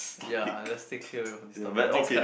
ya let's take straight away from this topic next card